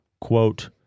quote